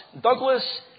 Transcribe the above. Douglas